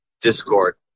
Discord